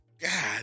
God